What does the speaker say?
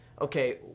okay